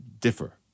differ